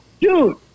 Dude